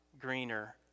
greener